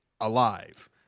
alive